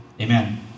Amen